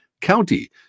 County